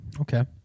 Okay